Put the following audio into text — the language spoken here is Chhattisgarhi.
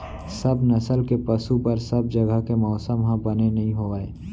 सब नसल के पसु बर सब जघा के मौसम ह बने नइ होवय